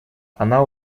она